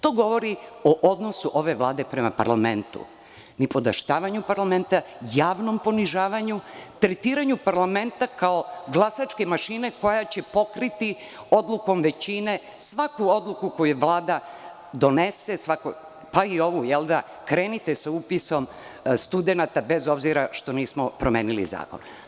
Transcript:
To govori o odnosu ove vlade prema parlamentu, nipodaštavanju parlamenta, javnom ponižavanju, tretiranju parlamenta kao glasačke mašine koja će pokriti odlukom većine svaku odluku koju Vlada donese, pa i ovu – krenite sa upisom studenata, bez obzira što nismo promenili zakon.